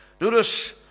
Notice